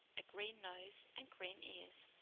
a green nose and green ears.